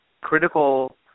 critical